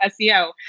SEO